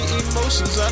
emotions